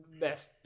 best